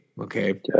Okay